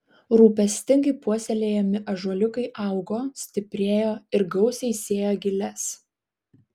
rūpestingai puoselėjami ąžuoliukai augo stiprėjo ir gausiai sėjo giles